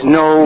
no